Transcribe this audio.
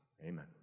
Amen